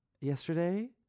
yesterday